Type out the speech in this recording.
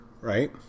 Right